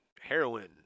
heroin